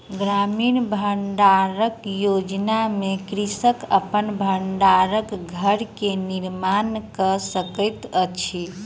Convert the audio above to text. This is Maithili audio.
ग्रामीण भण्डारण योजना में कृषक अपन भण्डार घर के निर्माण कय सकैत अछि